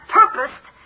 purposed